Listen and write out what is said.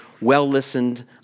well-listened